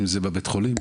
אם זה בבית החולים,